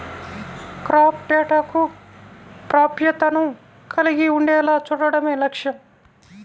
crop డేటాకు ప్రాప్యతను కలిగి ఉండేలా చూడడమే లక్ష్యం